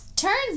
turns